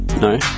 No